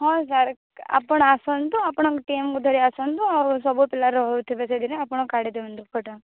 ହଁ ସାର୍ ଆପଣ ଆସନ୍ତୁ ଆପଣଙ୍କ ଟିମ୍ କୁ ଧରି ଆସନ୍ତୁ ଆଉ ସବୁ ପିଲା ରହୁଥିବେ ସେଠି ନା ଆପଣ କାଢ଼ିଦିଅନ୍ତୁ ଫୋଟୋ